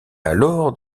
alors